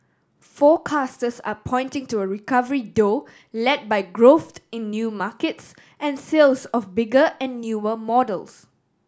forecasters are pointing to a recovery though led by growth in new markets and sales of bigger and newer models